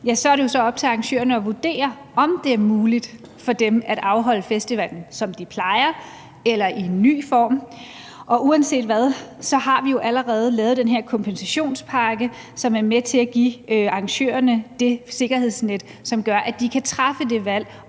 er det jo så op til arrangørerne at vurdere, om det er muligt for dem at afholde festivalen, som de plejer eller i en ny form. Uanset hvad har vi jo allerede lavet den her kompensationspakke, som er med til at give arrangørerne det sikkerhedsnet, som gør, at de kan træffe det valg